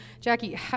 Jackie